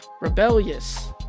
rebellious